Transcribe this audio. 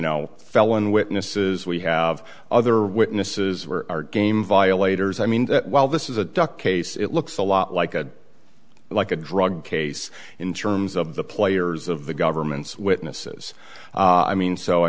know felon witnesses we have other witnesses were our game violators i mean that while this is a duck case it looks a lot like a like a drug case in terms of the players of the government's witnesses i mean so i